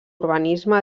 urbanisme